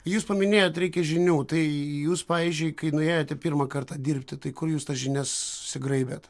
jūs paminėjot reikia žinių tai jūs pavyzdžiui kai nuėjote pirmą kartą dirbti tai kur jūs tas žinias susigraibėt